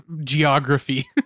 geography